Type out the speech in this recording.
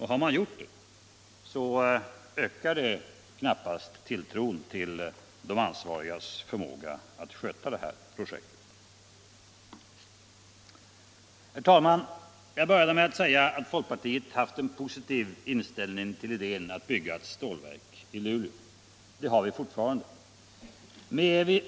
Har man gjort det ökar det knappast tilltron till de ansvarigas förmåga att sköta detta projekt. Herr talman! Jag började med att säga att folkpartiet haft en positiv inställning till idén att bygga ett stålverk i Luleå. Det har vi fortfarande.